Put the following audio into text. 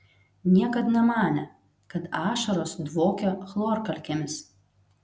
niekad nemanė kad ašaros dvokia chlorkalkėmis